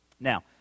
Now